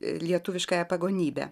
lietuviškąją pagonybę